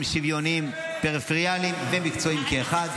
שוויוניים פריפריאליים ומקצועיים כאחד.